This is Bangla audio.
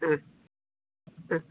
হ্যাঁ হ্যাঁ